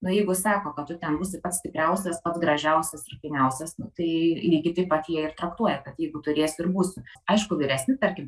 nu jeigu sako kad tu ten būsi pats stipriausias pats gražiausias ir fainiausias tai lygiai taip pat jie ir traktuoja kad jeigu turėsiu ir būsiu aišku vyresni tarkim